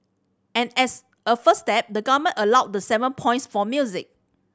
and as a first step the Government allowed the seven points for music